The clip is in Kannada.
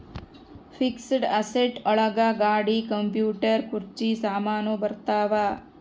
ಫಿಕ್ಸೆಡ್ ಅಸೆಟ್ ಒಳಗ ಗಾಡಿ ಕಂಪ್ಯೂಟರ್ ಕುರ್ಚಿ ಸಾಮಾನು ಬರತಾವ